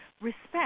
Respect